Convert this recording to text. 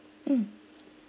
mm